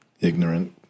ignorant